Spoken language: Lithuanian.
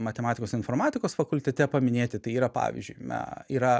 matematikos informatikos fakultete paminėti tai yra pavyzdžiui me yra